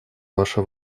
ваше